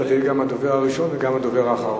אתה תהיה גם הדובר הראשון וגם הדובר האחרון.